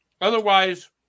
Otherwise